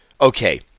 Okay